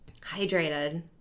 Hydrated